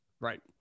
Right